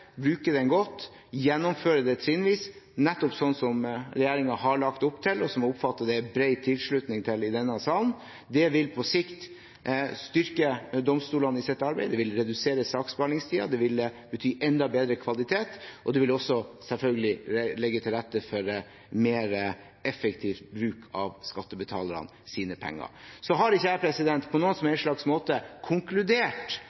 bruker den godt, gjennomfører det trinnvis – nettopp slik regjeringen har lagt opp til, og som jeg oppfatter at det er bred tilslutning til i denne salen. Det vil på sikt styrke domstolene i deres arbeid. Det vil redusere saksbehandlingstiden. Det vil bety enda bedre kvalitet, og det vil selvfølgelig også legge til rette for mer effektiv bruk av skattebetalernes penger. Jeg har ikke på noen som helst slags måte konkludert om hvordan domstolstrukturen skal se ut i fremtiden. Det er